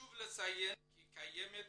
חשוב לציין כי קיימת